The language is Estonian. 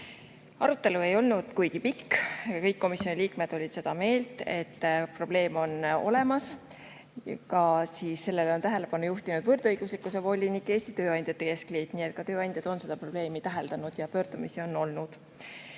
Arutelu ei olnud kuigi pikk ja kõik komisjoni liikmed olid seda meelt, et probleem on olemas. Sellele on tähelepanu juhtinud ka võrdõiguslikkuse volinik ja Eesti Tööandjate Keskliit, nii et ka tööandjad on seda probleemi täheldanud ja pöördumisi on olnud.